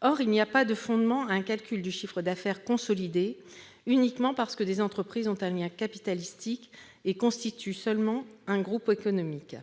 Or, il n'y a pas de fondement à retenir un calcul du chiffre d'affaires consolidé uniquement parce que des entreprises ont un lien capitalistique et constituent seulement un groupe économique.